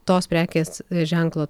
tos prekės ženklo